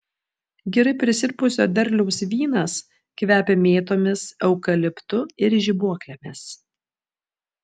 gerai prisirpusio derliaus vynas kvepia mėtomis eukaliptu ir žibuoklėmis